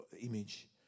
image